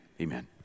Amen